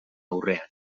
aurrean